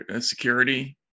Security